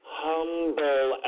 humble